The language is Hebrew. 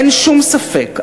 אין שום ספק,